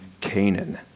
Canaan